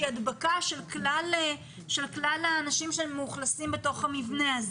הדבקה של כלל האנשים שמאוכלסים בתוך המבנה הזה.